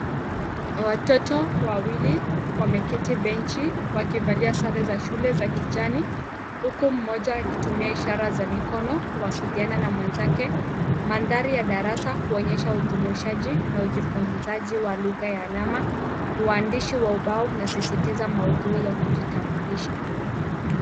Watoto wawili wameketi benchi wakivalia sare za shule za kijani huku mmoja akitumia ishara za mikono kuwasiliana na mwenzake. Mandhari ya darasa huonyesha ujumuishaji na ujifunzaji wa lugha ya alama . Uandishi ya ubao unasisitiza maudhui ya kujitambulisha.